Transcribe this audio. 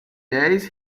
days